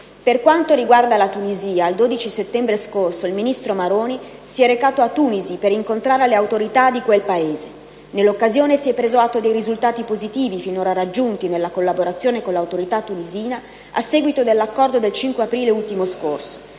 Per quanto riguarda la Tunisia, il 12 settembre scorso il ministro Maroni si è recato a Tunisi per incontrare le autorità di quel Paese. Nell'occasione si è preso atto dei risultati positivi finora raggiunti nella collaborazione con l'autorità tunisina a seguito dell'Accordo del 5 aprile ultimo scorso,